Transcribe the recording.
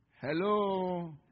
Hello